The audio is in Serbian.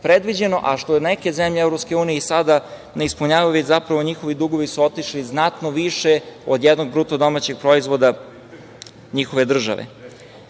a što neke zemlje EU ni sada ne ispunjavaju, već su zapravo njihovi dugovi otišli znatno više od jednog bruto-domaćeg proizvoda njihove države. Pričali